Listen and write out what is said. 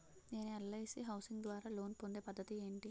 నేను ఎల్.ఐ.సి హౌసింగ్ ద్వారా లోన్ పొందే పద్ధతి ఏంటి?